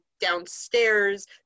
downstairs